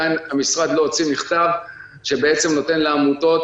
המשרד לא הוציא מכתב שנותן לעמותות